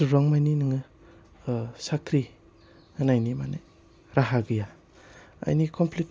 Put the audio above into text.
बांमानि नोङो ओह साख्रि होनायनि माने राहा गैया मानि कमफ्लित